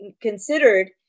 considered